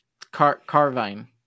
Carvine